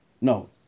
No